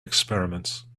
experiments